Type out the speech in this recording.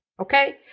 Okay